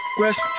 west